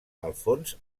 alfons